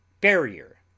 Barrier